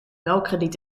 belkrediet